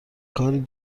کاری